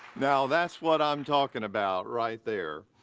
now that's what i'm talking about right there.